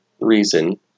reason